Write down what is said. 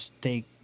take